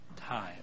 time